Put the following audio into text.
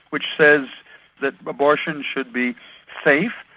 which says that abortion should be safe,